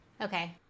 Okay